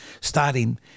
starting